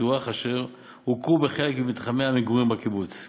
הפיתוח אשר הוכרו בחלק ממתחמי המגורים בקיבוץ.